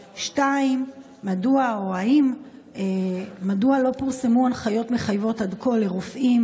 2. מדוע לא פורסמו הנחיות מחייבות עד כה לרופאים,